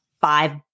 five